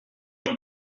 itel